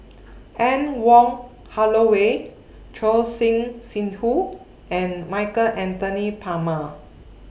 Anne Wong Holloway Choor Singh Sidhu and Michael Anthony Palmer